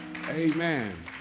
Amen